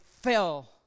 fell